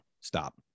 stop